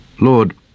Lord